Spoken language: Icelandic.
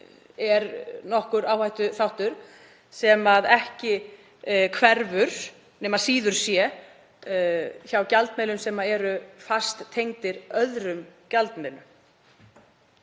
er nokkur áhættuþáttur sem ekki hverfur nema síður sé hjá gjaldmiðlum sem eru fasttengdir öðrum gjaldmiðlum.